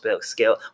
scale